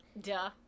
Duh